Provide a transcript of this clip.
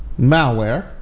malware